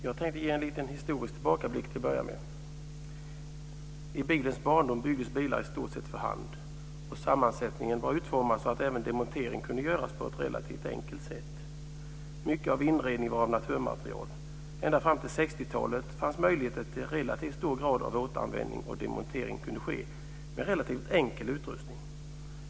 Fru talman! Till att börja med vill jag ge en historisk tillbakablick. I bilens barndom byggdes bilar i stort sett för hand och sammansättningen var utformad så att även demontering kunde göras på ett relativt enkelt sätt. Mycket av inredningen var av naturmaterial. Ända fram till 60-talet fanns det möjligheter till relativt hög grad av återanvändning, och demontering kunde ske med relativt enkel utrustning.